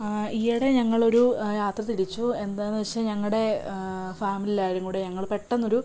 ഈയിടെ ഞങ്ങളൊരു യാത്ര തിരിച്ചു എന്താണെന്ന് വെച്ചാൽ ഞങ്ങളുടെ ഫാമിലിയെല്ലാവരും കൂടെ ഞങ്ങൾ പെട്ടന്നൊരു